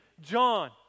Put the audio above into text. John